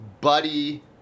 Buddy